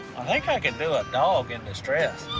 i think i could do a dog in distress.